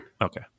okay